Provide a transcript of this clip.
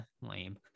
lame